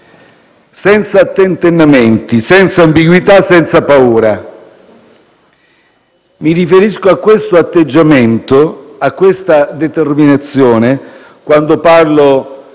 senza tentennamenti, senza ambiguità e senza paura. Mi riferisco a questo atteggiamento, a questa determinazione, quando parlo